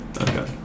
Okay